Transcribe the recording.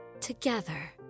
together